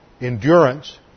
endurance